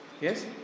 Yes